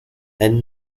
and